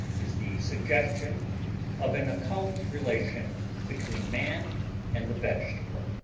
is the suggestion of an occult relation between man and the vegetable.